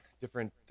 different